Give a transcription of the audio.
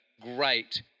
great